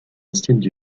assiettes